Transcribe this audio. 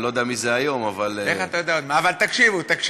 אני לא יודע מי זה היום, אבל, אבל תקשיבו, תקשיבו.